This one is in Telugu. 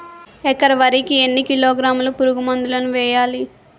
ఎకర వరి కి ఎన్ని కిలోగ్రాముల పురుగు మందులను వేయాలి?